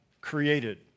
created